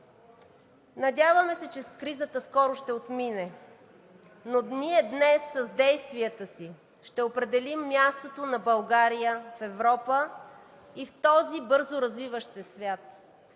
Надяваме се, че кризата скоро ще отмине, но ние днес с действията си ще определим мястото на България в Европа и в този бързоразвиващ се свят.